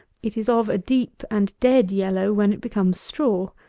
it is of a deep and dead yellow when it becomes straw.